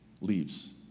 leaves